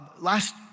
last